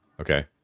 Okay